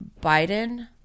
Biden